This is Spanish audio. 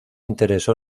interesó